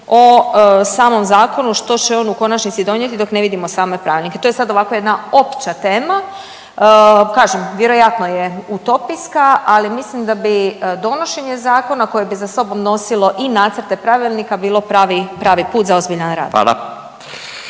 o samom zakonu što će on u konačnici donijeti dok ne vidimo same pravilnike. To je sad ovako jedna opća tema, kažem, vjerojatno je utopijska, ali mislim da bi donošenje zakona koje bi za sobom nosilo i nacrte pravilnika bilo pravi put za ozbiljan rad.